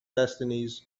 destinies